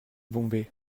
bombay